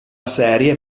serie